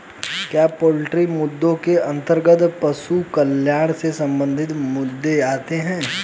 क्या पोल्ट्री मुद्दों के अंतर्गत पशु कल्याण से संबंधित मुद्दे आते हैं?